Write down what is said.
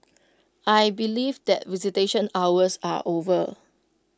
I believe that visitation hours are over